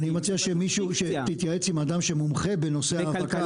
אני מציע שתתייעץ עם אדם שמומחה בנושא האבקה.